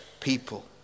people